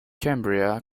cambria